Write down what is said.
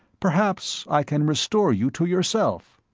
perhaps i can restore you to yourself